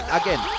again